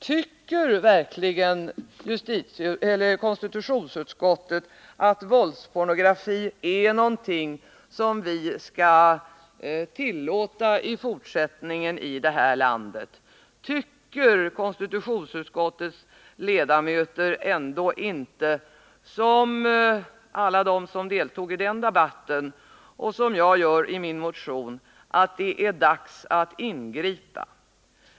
Tycker verkligen konstitutionsutskottet att våldspornografi är någonting som vi skall tillåta i fortsättningen i det här landet, tycker konstitutionsutskottets ledamöter ändå inte som alla de som deltog i debatten — och som jag framhåller i min motion — att det är dags att ingripa?